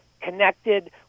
connected